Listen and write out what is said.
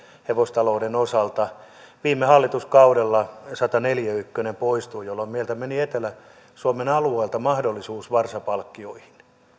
hevostalouden osalta viime hallituskaudella sataneljäkymmentäyksi poistui jolloin meiltä meni etelä suomen alueelta mahdollisuus varsapalkkioihin